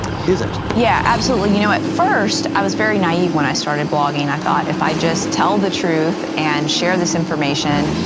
is it? yeah, absolutely. you know at first i was very naive when i started blogging, and i thought if i just tell the truth and share this information,